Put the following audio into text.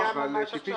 הוא הגיע ממש עכשיו.